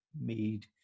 made